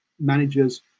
managers